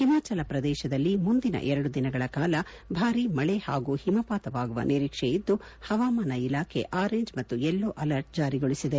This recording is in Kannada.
ಹಿಮಾಚಲ ಪ್ರದೇಶದಲ್ಲಿ ಮುಂದಿನ ಎರಡು ದಿನಗಳ ಕಾಲ ಭಾರೀ ಮಳೆ ಹಾಗೂ ಹಿಮಪಾತವಾಗುವ ನಿರೀಕ್ಷೆಯಿದ್ದು ಪವಾಮಾನ ಇಲಾಖೆ ಆರೆಂಜ್ ಮತ್ತು ಯೆಲ್ಲೋ ಅಲರ್ಟ್ ಜಾರಿಗೊಳಿಸಿದೆ